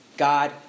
God